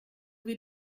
wir